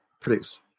produce